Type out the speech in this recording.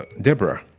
deborah